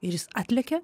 ir jis atlekia